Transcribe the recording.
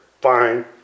Fine